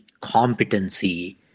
competency